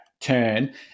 turn